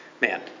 man